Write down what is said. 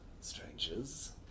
strangers